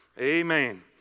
Amen